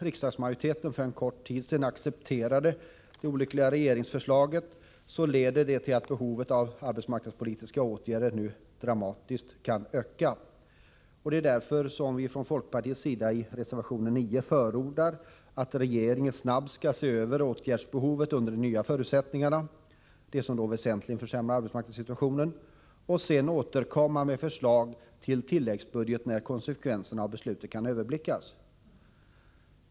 Riksdagsmajoritetens accepterande för en kort tid sedan av det olyckliga regeringsförslaget om höjda bensin-, eloch bostadsskatter, leder till att behovet av arbetsmarknadspolitiska åtgärder kan komma att öka dramatiskt. Det är därför som vi från folkpartiet i reservation 9 förordar att regeringen snabbt skall se över åtgärdsbehovet under de nya förutsättningarna — de som på ett så påtagligt sätt försämrar arbetsmarknadssituationen — och sedan återkomma med ett förslag till tilläggsbudget när konsekvenserna av beslutet kan överblickas.